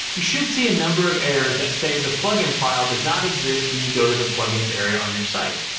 you should see a number of errors that say the plugin file does not exist when you go to the plugins area on your site.